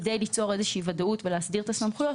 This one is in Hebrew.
כדי ליצור איזושהי ודאות ולהסדיר את הסמכויות,